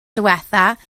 ddiwethaf